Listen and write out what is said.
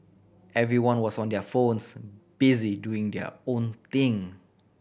everyone was on their phones busy doing their own thing